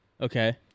Okay